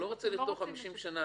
אני לא רוצה לכתוב "50 שנה".